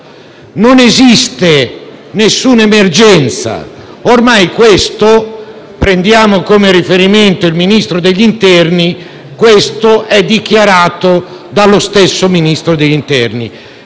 non esiste nessuna emergenza. Ormai questo, prendendo come riferimento il Ministro dell'interno, è dichiarato dallo stesso Ministro: c'è una